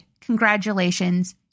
congratulations